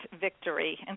victory